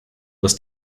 was